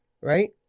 Right